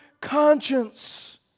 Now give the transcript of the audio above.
conscience